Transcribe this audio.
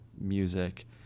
music